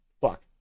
Fuck